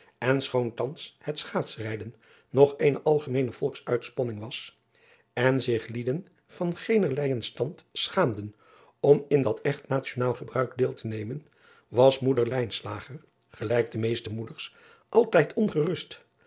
en schoon thans het schaatsrijden nog eene algemeene olksuitspanning was en zich lieden van geenerleijen stand schaamden om in dat echt nationaal gebruik deel te nemen was moeder gelijk de meeste moeders altijd ongerust